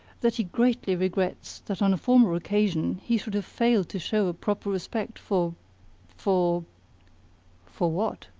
that he greatly regrets that on a former occasion he should have failed to show a proper respect for for for what?